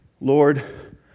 Lord